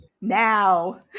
Now